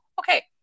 okay